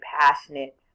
passionate